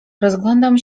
rozglądam